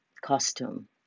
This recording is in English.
costume